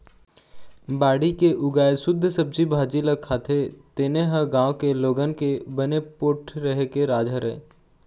बाड़ी के उगाए सुद्ध सब्जी भाजी ल खाथे तेने ह गाँव के लोगन के बने पोठ रेहे के राज हरय